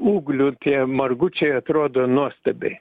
ūglių tie margučiai atrodo nuostabiai